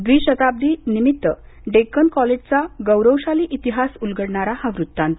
द्वी शताब्दी निमित्त डेक्कन कॉलेजचा गौरवशाली इतिहास उलगडणारा हा वृत्तांत